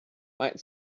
might